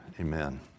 Amen